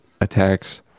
attacks